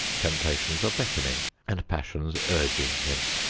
temptations are beckoning and passions urging him.